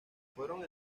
fueron